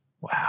Wow